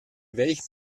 welchen